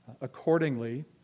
accordingly